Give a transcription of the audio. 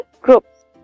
groups